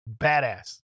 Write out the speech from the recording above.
badass